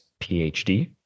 PhD